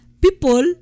people